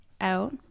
out